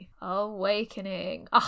Awakening